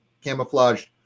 camouflaged